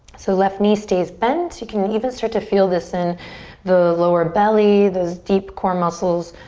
so left knee stays bent. you can even start to feel this in the lower belly, those deep core muscles.